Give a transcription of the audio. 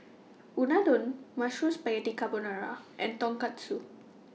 Unadon Mushroom Spaghetti Carbonara and Tonkatsu